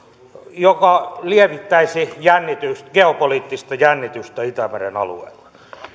joka lievittäisi geopoliittista jännitystä itämeren alueella